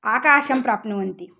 आकाशं प्राप्नुवन्ति